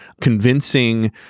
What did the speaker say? convincing